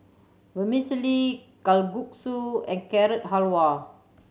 Vermicelli Kalguksu and Carrot Halwa